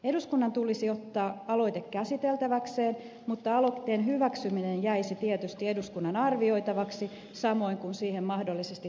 eduskunnan tulisi ottaa aloite käsiteltäväkseen mutta aloitteen hyväksyminen jäisi tietysti eduskunnan arvioitavaksi samoin kuin siihen mahdollisesti tehtävät muutokset